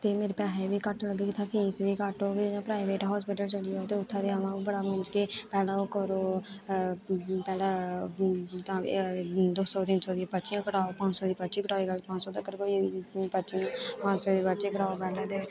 ते मेरे पैहे बी घट्ट लगङन इत्थै फीस बी घट्ट होग इ'यां प्राइवेट हास्पिटल चली आओ ते उत्थै ते उ'आं बड़ा नौचदे पैह्लें ओह् करो पैह्लें दो सौ तिन सौ दी पर्ची कटाओ पंज सौ दी पर्ची कटाओ अज्जकल पंज सौ तक्कर होई गेदी पर्ची पंज सौ दी पर्ची कटाओ पैह्लें